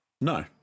No